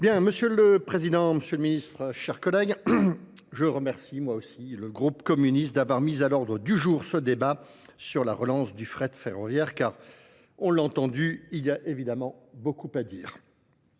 Monsieur le Président, Monsieur le Ministre, chers collègues, je remercie moi aussi le groupe communiste d'avoir mis à l'ordre du jour ce débat sur la relance du fret ferroviaire, car on l'a entendu, il y a évidemment beaucoup à dire.